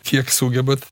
kiek sugebat